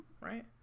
right